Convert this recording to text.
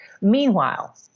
meanwhile